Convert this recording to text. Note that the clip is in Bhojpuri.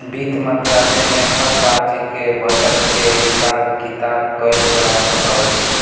वित्त मंत्रालय में हर राज्य के बजट के हिसाब किताब कइल जात हवे